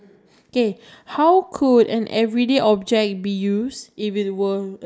so do you have any fun memories that I think that's what they are trying to say